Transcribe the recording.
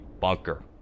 Bunker